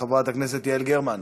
חברת הכנסת יעל גרמן,